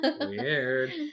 Weird